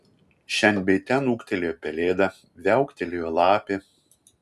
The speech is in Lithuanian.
šen bei ten ūktelėjo pelėda viauktelėjo lapė